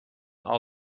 all